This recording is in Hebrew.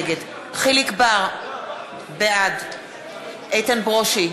חיליק בר, בעד איתן ברושי,